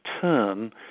turn